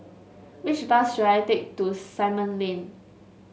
which bus should I take to Simon Lane